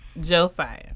Josiah